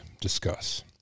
discuss